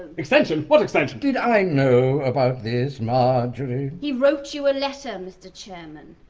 extension? what extension? did i know about this, marjorie? he wrote you a letter, mr chairman.